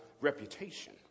reputation